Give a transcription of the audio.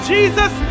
Jesus